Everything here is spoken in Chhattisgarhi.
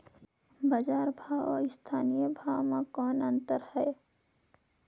बजार भाव अउ स्थानीय भाव म कौन अन्तर हे?